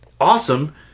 awesome